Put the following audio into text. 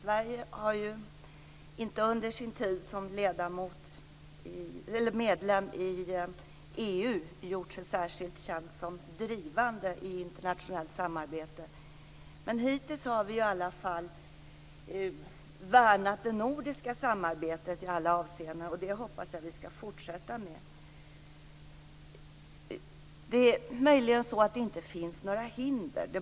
Fru talman! Under sin tid som medlem i EU har ju Sverige inte gjort sig särskilt känt som drivande i internationellt samarbete. Men hittills har vi i alla fall värnat det nordiska samarbetet i alla avseenden. Jag hoppas att vi skall fortsätta med det. Det är möjligen så att det inte finns några hinder.